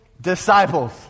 disciples